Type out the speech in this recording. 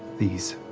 these?